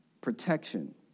Protection